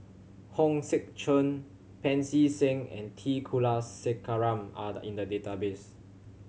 Hong Sek Chern Pancy Seng and T Kulasekaram are in the database